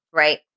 right